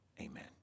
Amen